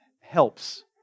helps